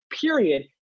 period